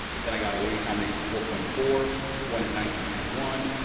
then i got a recombination of four point four one at nineteen point one,